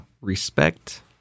respect